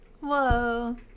Whoa